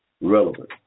relevant